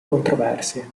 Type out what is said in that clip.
controversie